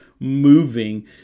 moving